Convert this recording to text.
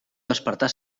despertar